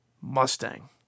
Mustang